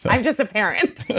i'm just a parent